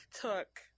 took